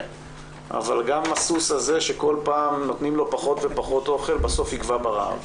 אבל גם הסוס הזה שכל פעם נותנים לו פחות ופחות אוכל בסוף יגווע ברעב.